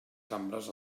cambres